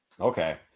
Okay